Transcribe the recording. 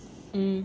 mm